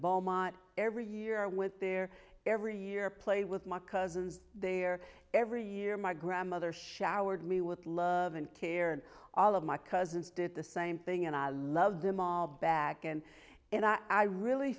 beaumont every year with their every year play with my cousins they are every year my grandmother showered me with love and care and all of my cousins did the same thing and i love them all back and and i really